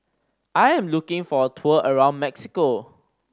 I am looking for a tour around Mexico